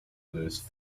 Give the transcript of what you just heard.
lose